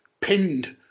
pinned